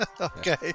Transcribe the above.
Okay